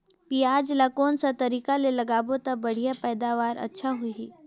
पियाज ला कोन सा तरीका ले लगाबो ता बढ़िया पैदावार अच्छा होही?